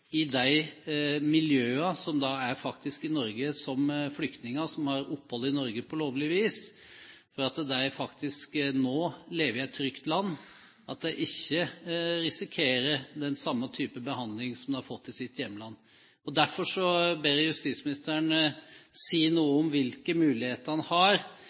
at de som faktisk er i Norge som flyktninger, og som har opphold i Norge på lovlig vis, har en sikkerhet for at de nå lever i et trygt land, at de ikke risikerer den samme type behandling som de har fått i sitt hjemland. Derfor ber jeg justisministeren om å si noe om hvilke muligheter han har,